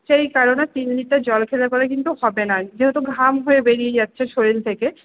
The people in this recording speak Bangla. সেই কারণে তিন লিটার জল খেলে পরে কিন্তু হবে না যেহেতু ঘাম হয়ে বেরিয়ে যাচ্ছে শরীর থেকে